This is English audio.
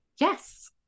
yes